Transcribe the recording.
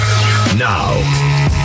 now